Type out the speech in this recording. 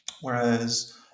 Whereas